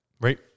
right